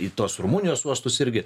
į tuos rumunijos uostus irgi